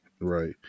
right